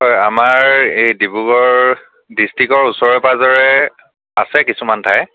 হয় আমাৰ এই ডিব্ৰুগড় ডিস্ট্ৰিকৰ ওচৰে পাজৰে আছে কিছুমান ঠাই